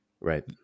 right